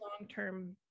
long-term